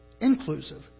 inclusive